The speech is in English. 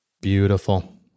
Beautiful